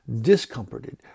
discomforted